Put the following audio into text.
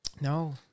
No